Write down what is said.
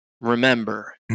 remember